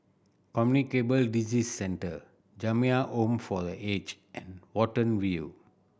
Communicable Disease Centre Jamiyah Home for The Aged and Watten View